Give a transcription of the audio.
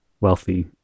Wealthy